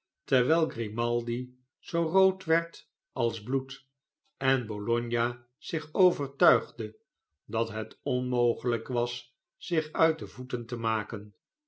terwijl grimaldi zoo rood werd als bloed en bologna zich overtuigde dat het onmogelyk was zich uit de voetente maken